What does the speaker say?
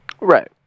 Right